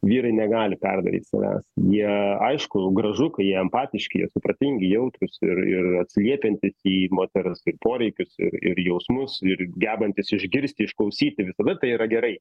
vyrai negali perdaryt savęs jie aišku gražu kai jie empatiški jie supratingi jautrūs ir ir atsiliepiantys į moters poreikius ir jausmus ir gebantys išgirsti išklausyti visada yra gerai